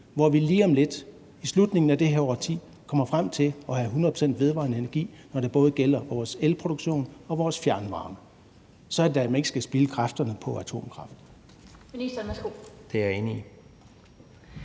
hvor vi lige om lidt, i slutningen af det her årti, kommer frem til at have 100 pct. vedvarende energi, både når det gælder vores elproduktion og vores fjernvarme. Så skal man da ikke spilde kræfterne på atomkraft.